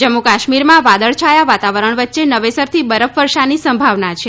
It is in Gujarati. જમ્મુ કાશ્મીરમાં વાદળછાયા વાતાવરણ વચ્ચે નવેસરથી બરફવર્ષાની સંભાવના છે